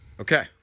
Okay